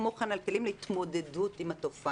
כמו כן על כלים להתמודדות עם התופעה.